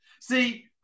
See